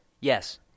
Yes